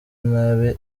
nabi